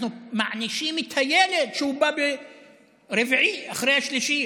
אנחנו מענישים את הילד שהוא בא רביעי אחרי השלישי,